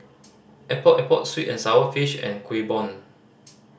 Epok Epok sweet and sour fish and Kuih Bom